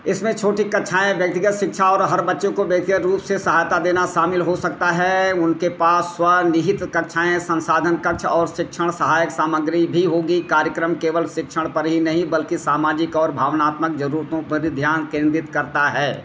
इसमें छोटी कक्षाएँ व्यक्तिगत शिक्षा और हर बच्चे को व्यक्तिगत रूप से सहायता देना शामिल हो सकता है उनके पास स्वनिहित कक्षाएँ संसाधन कक्ष और शिक्षण सहायक सामग्री भी होगी कार्यक्रम केवल शिक्षण पर ही नहीं बल्कि सामाजिक और भावनात्मक ज़रूरतों पर भी ध्यान केंद्रित करता है